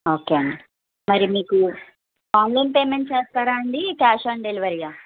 okay అండి మరి మీకు ఆన్లైన్ పేమెంట్ చేస్తారా అండి క్యాష్ ఆన్ డెలివరీయా